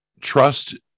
trust